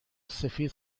سفید